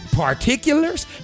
particulars